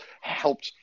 helped